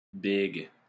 big